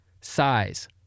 size